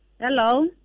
hello